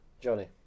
Johnny